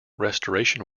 restoration